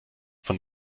von